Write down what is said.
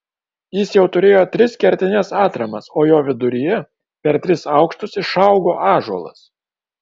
jis jau turėjo tris kertines atramas o jo viduryje per tris aukštus išaugo ąžuolas